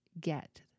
get